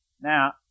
Now